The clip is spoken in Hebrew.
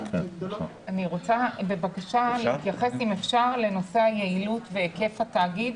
אני רוצה בבקשה להתייחס אם אפשר לנושא היעילות והיקף התאגיד.